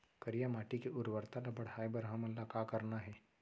करिया माटी के उर्वरता ला बढ़ाए बर हमन ला का करना हे?